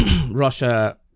Russia